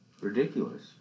ridiculous